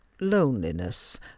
loneliness